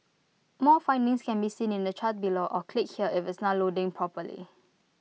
more findings can be seen in the chart below or click here if it's not loading properly